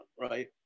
right